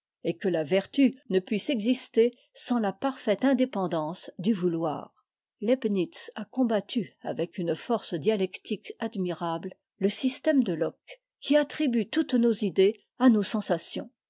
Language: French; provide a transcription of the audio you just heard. et que la vertu ne puisse exister sans la parfaite indépendance du vouioir leibnitz a combattu avec une force dialectique admirable le système de locke qui attribue toutes nos idées à nos sensations